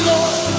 Lord